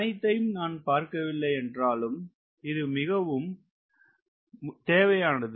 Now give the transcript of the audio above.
அனைத்தையும் நாம் பார்க்க வில்லை என்றாலும் இது மிகவும் தேவையானது